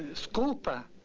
scopas.